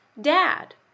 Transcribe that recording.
dad